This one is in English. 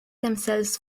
themselves